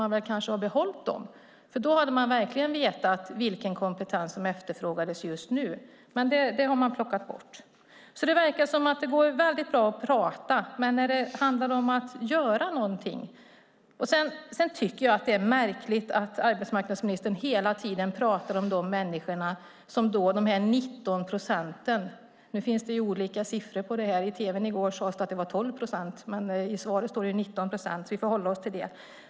Man skulle kanske ha behållit dem. Då hade man verkligen vetat vilken kompetens som efterfrågades just nu. Men dem har man plockat bort. Det verkar som att det går bra att prata, men sedan handlar det om att göra något. Det är märkligt att arbetsmarknadsministern hela tiden pratar om dessa människor - de 19 procenten. Nu finns det olika siffror. På tv sades i går att det var 12 procent, men statsrådet sade i sitt svar 19 procent. Vi får hålla oss till det.